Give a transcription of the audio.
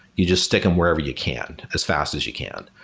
you just stick them wherever you can as fast as you can.